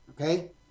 okay